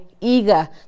eager